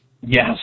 Yes